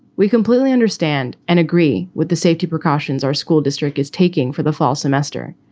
we completely understand and agree with the safety precautions our school district is taking for the fall semester.